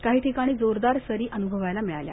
काही ठिकाणी जोरदार सरी अनुभवास आल्या